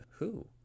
Who